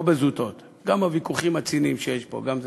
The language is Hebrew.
לא בזוטות, גם בוויכוחים הציניים שיש פה, גם זה,